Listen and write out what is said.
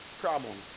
problems